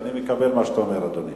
אני מקבל מה שאתה אומר, אדוני.